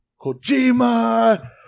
Kojima